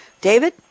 David